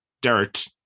dirt